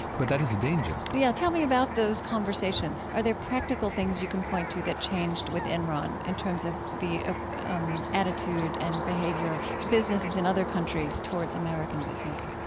but that is a danger yeah, tell me about those conversations. are there practical things you can point to that changed with enron in terms of the um attitude and behavior of businesses in other countries towards american business?